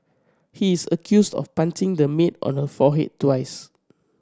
he is accused of punching the maid on her forehead twice